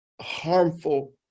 harmful